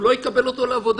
הוא לא יקבל אותו לעבודה.